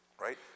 Right